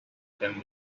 them